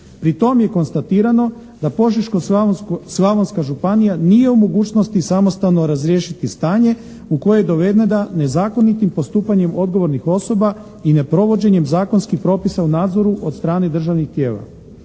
Pri tom je konstatirano da Požeško-slavonska županija nije u mogućnosti samostalno razriješiti stanje u koje je dovedena nezakonitim postupanjem odgovornih osoba i neprovođenjem zakonskih propisa o nadzoru od strane državnih tijela.